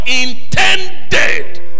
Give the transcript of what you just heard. intended